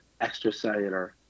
extracellular